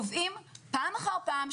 פעם אחר פעם,